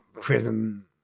prison